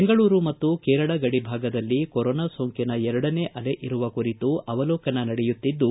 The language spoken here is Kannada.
ಬೆಂಗಳೂರು ಮತ್ತು ಕೇರಳ ಗಡಿ ಭಾಗದಲ್ಲಿ ಕೊರೋನಾ ಸೋಂಕಿನ ಎರಡನೇ ಅಲೆ ಇರುವ ಕುರಿತು ಅವಲೋಕನ ನಡೆಯುತ್ತಿದ್ದು